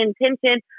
intention